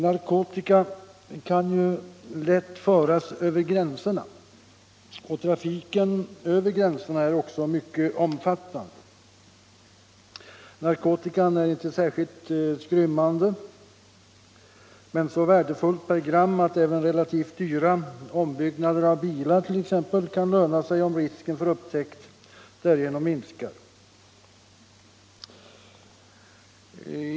Narkotika kan ju lätt föras över gränserna, och trafiken över gränserna är också mycket omfattande. Narkotikan är inte särskilt skrymmande men så värdefull per gram att även relativt dyra ombyggnader av bilar t.ex. kan löna sig, om risken för upptäckt därigenom minskar.